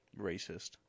Racist